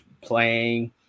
playing